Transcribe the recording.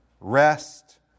rest